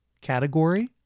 category